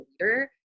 leader